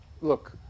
Look